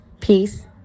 peace